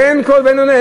ואין קול ואין עונה.